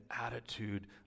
attitude